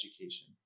education